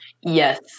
Yes